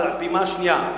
על הפעימה השנייה,